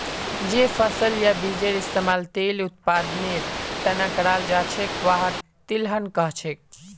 जे फसल या बीजेर इस्तमाल तेल उत्पादनेर त न कराल जा छेक वहाक तिलहन कह छेक